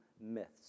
myths